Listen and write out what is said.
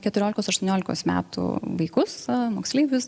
keturiolikos aštuoniolikos metų vaikus moksleivius